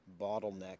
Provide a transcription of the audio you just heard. bottleneck